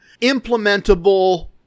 implementable